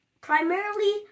Primarily